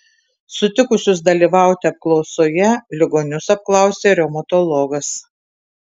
sutikusius dalyvauti apklausoje ligonius apklausė reumatologas